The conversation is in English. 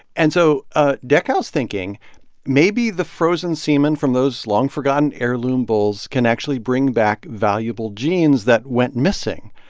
and so ah dechow's thinking maybe the frozen semen from those long-forgotten heirloom bulls can actually bring back valuable genes that went missing,